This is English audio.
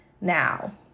now